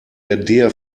der